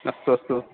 अस्तु अस्तु